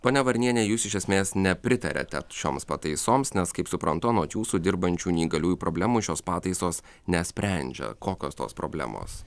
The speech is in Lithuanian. ponia varniene jūs iš esmės nepritariate šioms pataisoms nes kaip suprantu anot jūsų dirbančių neįgaliųjų problemų šios pataisos nesprendžia kokios tos problemos